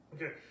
Okay